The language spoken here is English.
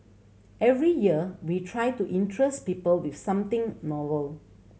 every year we try to interest people with something novel